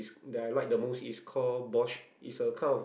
that I like the most is called borscht is a kind of